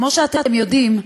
כמו שאתם יודעים,